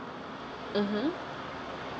mmhmm